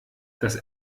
das